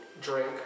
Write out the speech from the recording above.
drink